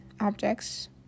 objects